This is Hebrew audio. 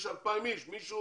יש 2,000 אנשים ולכן מישהו